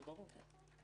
זה ברור.